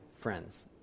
friends